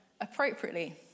appropriately